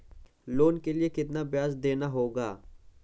Loan के लिए कितना ब्याज देना होगा?